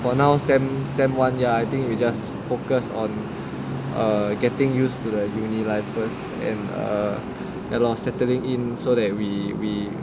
for now sem sem one ya I think we just focus on getting used to the uni life first and err ya lor settling in so that we we we know how to study